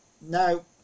Now